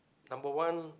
number one